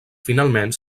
finalment